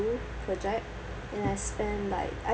project and I spentt like I